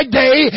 day